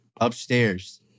Upstairs